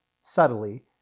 subtly